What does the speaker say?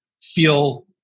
feel